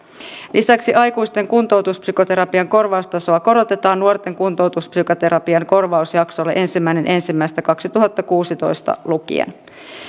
lisäksi aikuisten kuntoutuspsykoterapian korvaustasoa korotetaan nuorten kuntoutuspsykoterapian korvaustasolle ensimmäinen ensimmäistä kaksituhattakuusitoista lukien